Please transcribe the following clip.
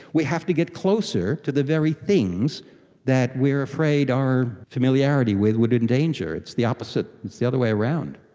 we have to get closer to the very things that we are afraid our familiarity would endanger. it's the opposite, it's the other way around.